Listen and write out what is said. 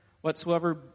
whatsoever